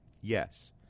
Yes